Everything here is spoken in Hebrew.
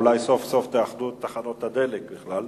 אולי סוף-סוף תאחדו את תחנות הדלק בכלל.